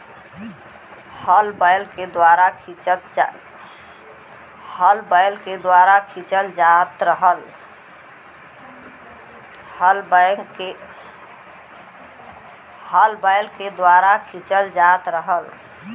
हल बैल के द्वारा खिंचल जात रहल